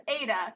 Ada